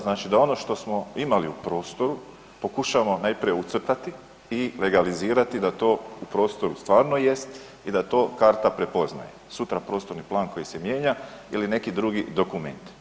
Znači da ono što smo imali u prostoru pokušamo najprije ucrtati i legalizirati da to u prostoru stvarno jest i da to karta prepoznaje, sutra prostorni plan koji se mijenja ili neki drugi dokument.